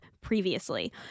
previously